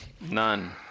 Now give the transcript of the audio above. None